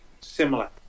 similar